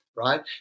right